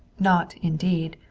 not, indeed,